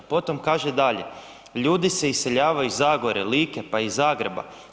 Potom kaže dalje, ljudi se iseljavaju iz Zagore, Like, pa i Zagreba.